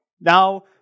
Now